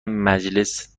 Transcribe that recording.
مجلس